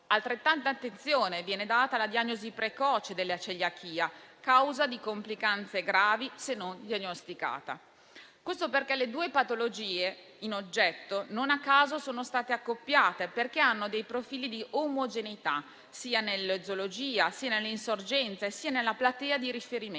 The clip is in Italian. Altrettanta attenzione viene data alla diagnosi precoce della celiachia, causa di complicanze gravi, se non diagnosticata. Le due patologie in oggetto non a caso sono state accoppiate, perché hanno dei profili di omogeneità, nella eziologia, nell'insorgenza e nella platea di riferimento.